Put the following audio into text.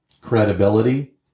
credibility